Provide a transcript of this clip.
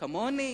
כמוני,